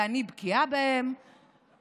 ואני בקיאה בהם,